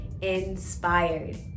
inspired